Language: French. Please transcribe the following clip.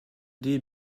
des